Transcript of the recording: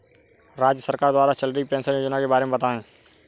राज्य सरकार द्वारा चल रही पेंशन योजना के बारे में बताएँ?